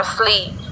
sleep